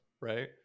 right